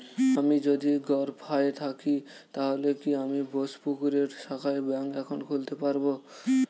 আমি যদি গরফায়ে থাকি তাহলে কি আমি বোসপুকুরের শাখায় ব্যঙ্ক একাউন্ট খুলতে পারবো?